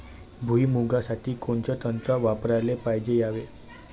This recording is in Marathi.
भुइमुगा साठी कोनचं तंत्र वापराले पायजे यावे?